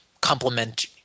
complement